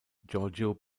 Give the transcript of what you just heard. giorgio